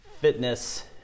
fitness